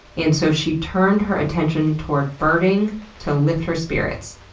and so she turned her attention toward birding to lift her spirits.